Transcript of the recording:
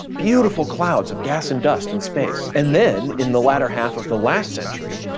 beautiful clouds of gas and dust in space. and then in the latter half of the last century,